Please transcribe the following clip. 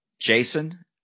Jason